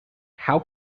how